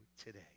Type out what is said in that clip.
today